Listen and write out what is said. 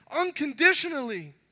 unconditionally